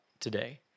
Today